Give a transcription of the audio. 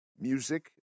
music